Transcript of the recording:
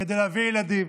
כדי להביא ילדים,